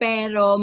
Pero